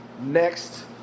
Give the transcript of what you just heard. Next